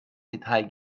detail